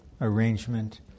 arrangement